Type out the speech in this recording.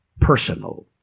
personal